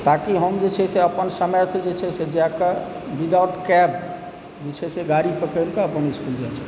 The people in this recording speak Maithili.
ताकि हम जे छै से अपन समयसँ जे छै से जाकऽ विदाउट कैब जे छै से गाड़ी पकड़िके अपन इसकुल जा सकी